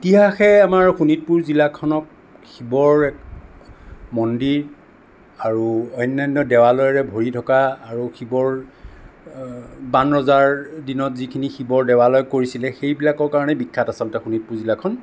ইতিহাসে আমাৰ শোণিতপুৰ জিলাখনক শিৱৰ এক মন্দিৰ আৰু অন্যান্য দেৱালয়েৰে ভৰি থকা আৰু শিৱৰ বান ৰজাৰ দিনত যিখিনি শিৱৰ দেৱালয় কৰিছিলে সেই বিলাকৰ কাৰণে বিখ্যাত আচলতে শোণিতপুৰ জিলাখন